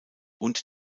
und